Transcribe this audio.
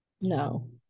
no